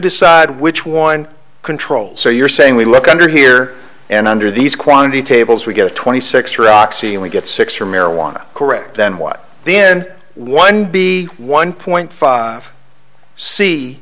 decide which one controls so you're saying we look under here and under these quantity tables we get twenty six roxy and we get six for marijuana correct then what the n one b one point five